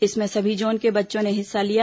इसमें सभी जोन के बच्चों ने हिस्सा लिया